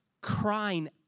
crying